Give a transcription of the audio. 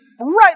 right